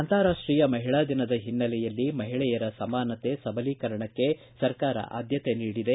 ಅಂತಾರಾಷ್ಟೀಯ ಮಹಿಳಾ ದಿನದ ಹಿನ್ನೆಲೆಯಲ್ಲಿ ಮಹಿಳೆಯರ ಸಮಾನತೆ ಸಬಲೀಕರಣಕ್ಕೆ ಸರ್ಕಾರ ಆದ್ಯತೆ ನೀಡಿದೆ